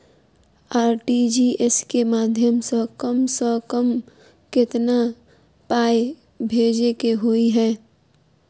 RTGS केँ माध्यम सँ कम सऽ कम केतना पाय भेजे केँ होइ हय?